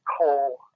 coal